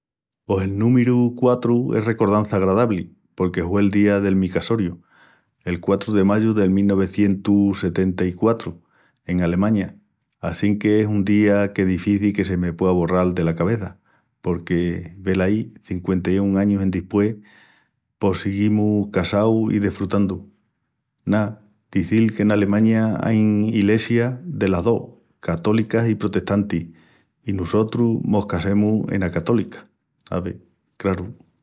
Pos el númiru quatru es recordança agradabli porque hue'l día del mi casoriu, el quatru de mayu del mil nuevicientus i setenta-i-quatru en Alemaña assínque es un día que difici que se me puea borral dela cabeça porque, velaí, cinqüenta-i-un añus endispués, pos siguimus casaus i desfrutandu. Na, dizil que en Alemaña ain ilesias delas dos, católicas i protestantis i nusotrus mos casemus ena católica, ave, craru.